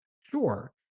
sure